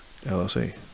LLC